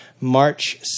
March